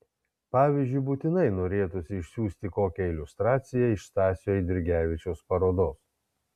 pavyzdžiui būtinai norėtųsi išsiųsti kokią iliustraciją iš stasio eidrigevičiaus parodos